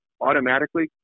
automatically